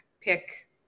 pick